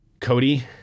Cody